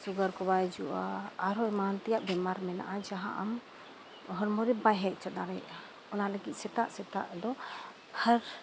sugar ᱠᱚ ᱵᱟᱭ ᱦᱤᱡᱩᱜᱼᱟ ᱟᱨᱦᱚᱸ ᱮᱢᱟᱱ ᱛᱮᱭᱟᱜ ᱵᱮᱢᱟᱨ ᱦᱮᱱᱟᱜᱼᱟ ᱡᱟᱦᱟᱸ ᱟᱢ ᱦᱚᱲᱢᱚᱨᱮ ᱵᱟᱭ ᱦᱮᱡ ᱦᱚᱪᱚ ᱫᱟᱲᱮᱭᱟᱜᱼᱟ ᱚᱱᱟ ᱞᱟᱹᱜᱤᱫ ᱥᱮᱛᱟᱜ ᱥᱮᱛᱟᱜ ᱫᱚ ᱦᱟᱨ